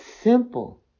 simple